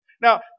Now